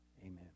Amen